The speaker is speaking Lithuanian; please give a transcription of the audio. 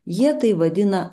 jie tai vadina